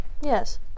Yes